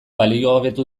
baliogabetu